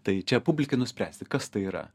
tai čia publikai nuspręsti kas tai yra